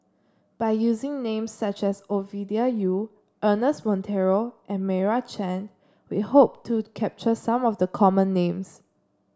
by using names such as Ovidia Yu Ernest Monteiro and Meira Chand we hope to capture some of the common names